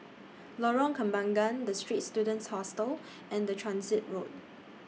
Lorong Kembangan The Straits Students Hostel and The Transit Road